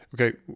Okay